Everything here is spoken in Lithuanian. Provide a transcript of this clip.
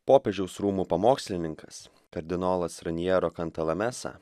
popiežiaus rūmų pamokslininkas kardinolas raniero kantalamesa